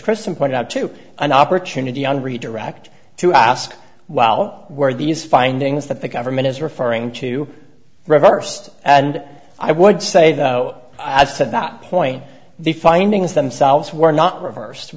chris and pointed out to an opportunity on redirect to ask well where are these findings that the government is referring to reversed and i would say though i said that point the findings themselves were not reversed